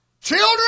Children